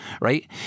right